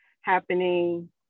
happening